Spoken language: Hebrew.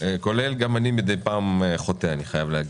כולל גם אני מידי פעם חוטא, אני חייב להגיד.